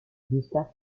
gustave